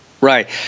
Right